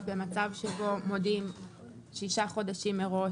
במצב שבו מודיעים שישה חודשים מראש.